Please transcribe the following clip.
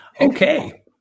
Okay